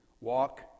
Walk